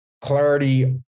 clarity